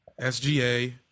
SGA